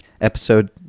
Episode